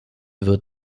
wird